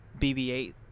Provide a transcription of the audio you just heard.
BB-8